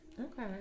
Okay